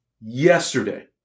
Yesterday